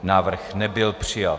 Návrh nebyl přijat.